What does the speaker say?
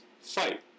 fight